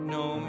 no